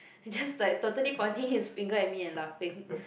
he's just like totally pointing his finger at me and laughing